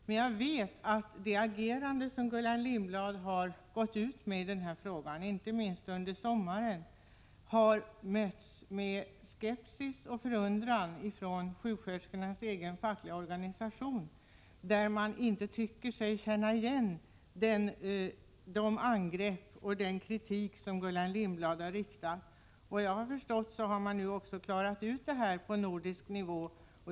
Jag vet att Gullan Lindblads agerande i denna fråga, inte minst under sommaren, har mötts med skepsis och förundran av sjuksköterskornas egen fackliga organisation. Man tycker sig inte känna igen de angrepp och den kritik som Gullan Lindblad kommit med. Såvitt jag förstår har man nu också klarat frågan om behörighet på nordisk nivå.